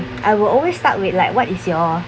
I will always start with like what is your